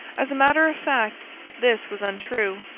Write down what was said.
as a matter of fact this was untrue,